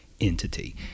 entity